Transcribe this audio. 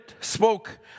spoke